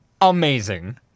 amazing